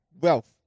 wealth